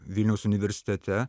vilniaus universitete